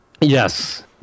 Yes